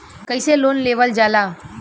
कैसे लोन लेवल जाला?